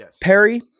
Perry